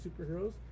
superheroes